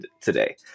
today